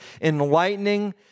enlightening